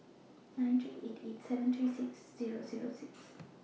nine three eight eight seven three six Zero Zero six